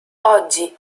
oggi